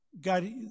God